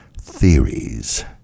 theories